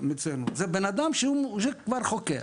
למצוינות, זה בן אדם שהוא כבר חוקר.